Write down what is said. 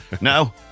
No